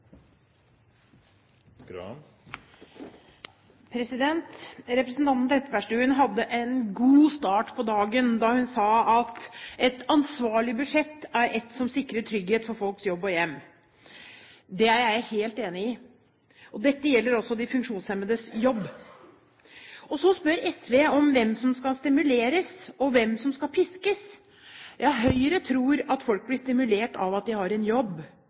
side. Representanten Trettebergstuen hadde en god start på dagen da hun sa at et ansvarlig budsjett er et som «sikrer trygghet for folks jobb og hjem». Det er jeg helt enig i. Dette gjelder også de funksjonshemmedes jobb. Så spør SV om hvem som skal stimuleres, og hvem som skal piskes. Høyre tror at folk blir stimulert av at de har en jobb.